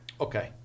Okay